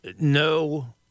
No